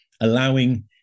allowing